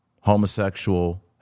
homosexual